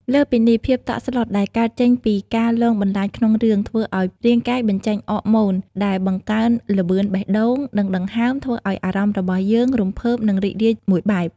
លើសពីនេះ ភាពតក់ស្លុតដែលកើតចេញពីការលងបន្លាចក្នុងរឿង ធ្វើឲ្យរាងកាយបញ្ចេញអរម៉ូន ដែលបង្កើនល្បឿនបេះដូងនិងដង្ហើម ធ្វើឲ្យអារម្មណ៍របស់យើងរំភើបនិងរីករាយមួយបែប។